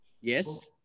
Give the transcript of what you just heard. yes